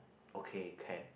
okay can